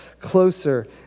closer